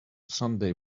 sunday